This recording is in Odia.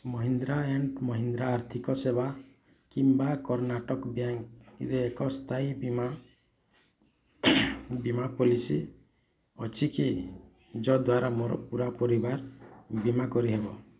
ମହିନ୍ଦ୍ରା ଆଣ୍ଡ୍ ମହିନ୍ଦ୍ରା ଆର୍ଥିକ ସେବା କିମ୍ବା କର୍ଣ୍ଣାଟକ ବ୍ୟାଙ୍କ୍ରେ ଏକ ସ୍ଵାସ୍ଥ୍ୟ ବୀମା ବୀମା ପଲିସି ଅଛିକି ଯଦ୍ଵାରା ମୋର ପୂରା ପରିବାରର ବୀମା କରିହେବ